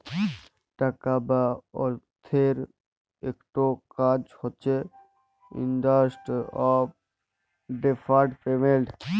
টাকা বা অথ্থের ইকট কাজ হছে ইস্ট্যান্ডার্ড অফ ডেফার্ড পেমেল্ট